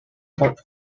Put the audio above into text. about